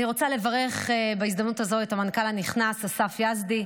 אני רוצה לברך בהזדמנות הזו את המנכ"ל הנכנס אסף יזדי,